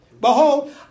Behold